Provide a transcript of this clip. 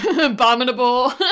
Abominable